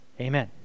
Amen